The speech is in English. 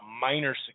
minor